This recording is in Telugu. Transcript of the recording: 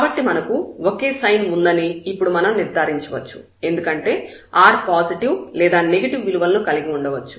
కాబట్టి మనకు ఒకే సైన్ ఉందని ఇప్పుడు మనం నిర్ధారించవచ్చు ఎందుకంటే r పాజిటివ్ లేదా నెగటివ్ విలువలను కలిగి ఉండవచ్చు